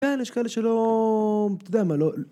ביי, נשיקה לשלום. תודה מה לא